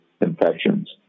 infections